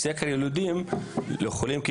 סקר יילודים לחולים,